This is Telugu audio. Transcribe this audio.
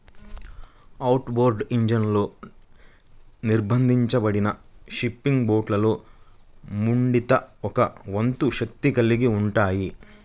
ఔట్బోర్డ్ ఇంజన్లతో నిర్బంధించబడిన ఫిషింగ్ బోట్లలో మూడింట ఒక వంతు శక్తిని కలిగి ఉంటాయి